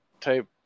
type